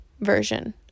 version